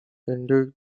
indeed